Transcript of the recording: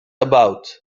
about